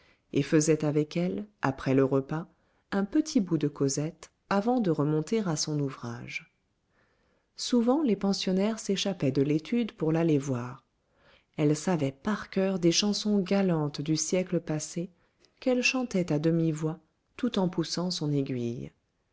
et faisait avec elles après le repas un petit bout de causette avant de remonter à son ouvrage souvent les pensionnaires s'échappaient de l'étude pour l'aller voir elle savait par coeur des chansons galantes du siècle passé qu'elle chantait à demi-voix tout en poussant son aiguille